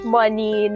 money